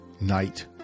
night